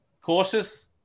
cautious